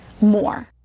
more